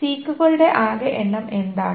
അതിനാൽ സീക്കുകളുടെ ആകെ എണ്ണം എന്താണ്